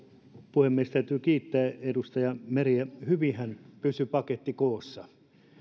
puhemies täytyy kiittää edustaja meriä hyvinhän pysyi paketti koossa